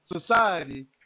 Society